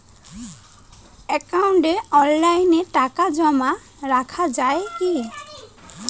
একাউন্টে অনলাইনে টাকা জমা রাখা য়ায় কি?